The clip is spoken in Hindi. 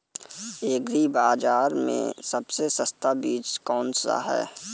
एग्री बाज़ार में सबसे सस्ता बीज कौनसा है?